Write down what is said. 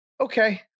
okay